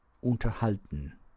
unterhalten